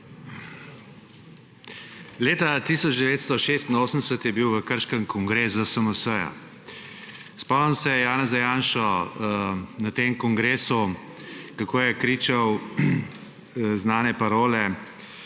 Leta 1986 je bil v Krškem kongres ZSMS. Spomnim se Janeza Janšo na tem kongresu, kako je kričal znane parole,